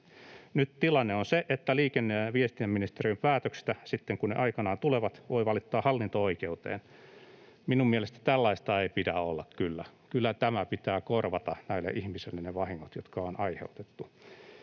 ”Nyt tilanne on se, että Liikenne- ja viestintäviraston päätöksistä, sitten kun ne aikanaan tulevat, voi valittaa hallinto-oikeuteen.” Minun mielestäni tällaista ei pidä kyllä olla. Kyllä näille ihmisille pitää korvata ne vahingot, jotka on aiheutettu,